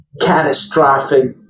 catastrophic